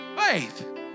faith